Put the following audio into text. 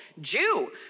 Jew